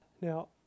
Now